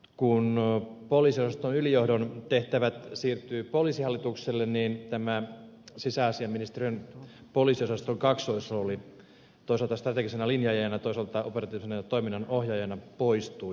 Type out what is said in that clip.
kun poliisiosaston ylijohdon tehtävät siirtyvät poliisihallitukselle niin sisäasiainministeriön poliisiosaston kaksoisrooli toisaalta strategisena linjaajana ja toisaalta operatiivisen toiminnan ohjaajana poistuu